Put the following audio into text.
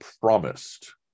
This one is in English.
promised